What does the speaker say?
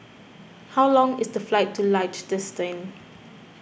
how long is the flight to Liechtenstein